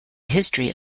history